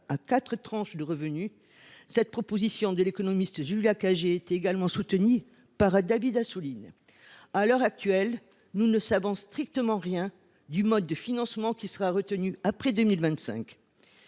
à quatre tranches de revenus. Cette proposition de l’économiste Julia Cagé est également soutenue par David Assouline. À l’heure actuelle, nous ne savons strictement rien du mode de financement qui sera retenu après 2024.